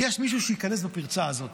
יש מישהו שייכנס בפרצה הזאת.